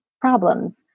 problems